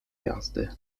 jazdy